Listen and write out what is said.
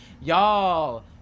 y'all